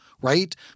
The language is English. Right